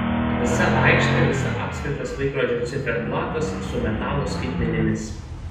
visa aikštė visa apskritas laikrodžio ciferblatas su metalo skaitmenimis